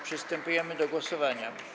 Przystępujemy do głosowania.